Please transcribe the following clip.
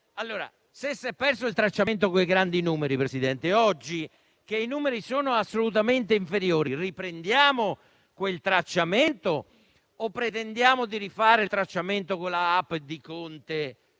è perso. Se si è perso il tracciamento con i grandi numeri, oggi che i numeri sono assolutamente inferiori riprendiamo quel tracciamento o pretendiamo di rifare il tracciamento con la *app* di Conte